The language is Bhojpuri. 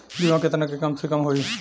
बीमा केतना के कम से कम होई?